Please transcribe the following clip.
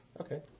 Okay